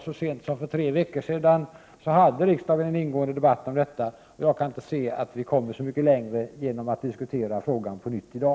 Så sent som för tre veckor sedan hade riksdagen, som sagt, en ingående debatt om detta. Jag kan inte se att vi kommer så mycket längre genom att diskutera frågan på nytt i dag.